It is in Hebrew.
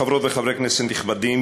חברות וחברי כנסת נכבדים,